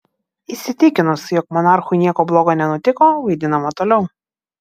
įsitikinus jog monarchui nieko bloga nenutiko vaidinama toliau